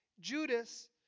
Judas